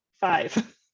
five